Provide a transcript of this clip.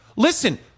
Listen